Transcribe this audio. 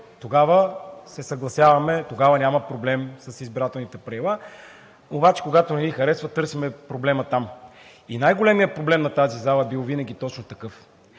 тогава се съгласяваме, тогава няма проблем с избирателните правила, обаче когато не ни харесват, търсим проблема там. И най-големият проблем на тази зала е бил винаги точно такъв